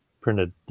printed